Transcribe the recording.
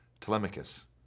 Telemachus